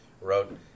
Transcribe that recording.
wrote